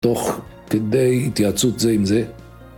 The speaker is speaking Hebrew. תוך כדי התייעצות זה עם זה.